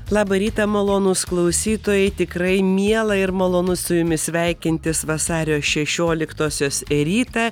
labą rytą malonūs klausytojai tikrai miela ir malonu su jumis sveikintis vasario šešioliktosios rytą